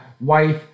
wife